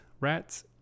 rats